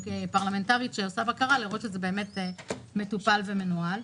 כפרלמנטרית שמבצעת בקרה לראות שזה באמת מטופל ומנוהל.